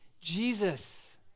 Jesus